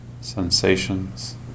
sensations